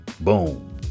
Boom